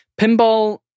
Pinball